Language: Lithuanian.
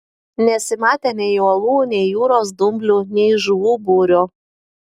nesimatė nei uolų nei jūros dumblių nei žuvų būrio